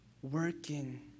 working